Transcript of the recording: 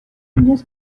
اینجاست